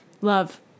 Love